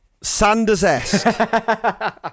Sanders-esque